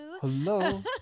Hello